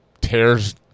Tears